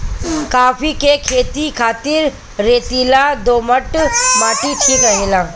काफी के खेती खातिर रेतीला दोमट माटी ठीक रहेला